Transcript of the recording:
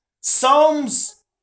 Psalms